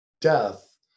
death